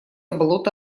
болото